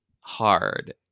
hard